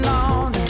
on